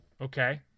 Okay